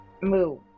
move